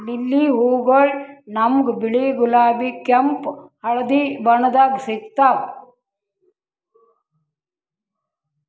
lily ಹೂವಗೊಳ್ ನಮ್ಗ್ ಬಿಳಿ, ಗುಲಾಬಿ, ಕೆಂಪ್, ಹಳದಿ ಬಣ್ಣದಾಗ್ ಸಿಗ್ತಾವ್